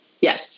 Yes